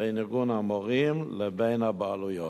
בין ארגון המורים לבין הבעלויות.